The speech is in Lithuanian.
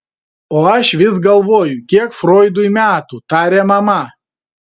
o aš vis galvoju kiek froidui metų tarė mama